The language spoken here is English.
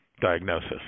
diagnosis